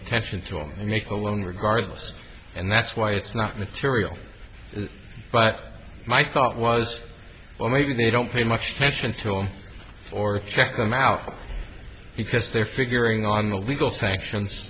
attention to him and make a loan regardless and that's why it's not material but my thought was well maybe they don't pay much attention to him or check them out because they're figuring on the legal sanctions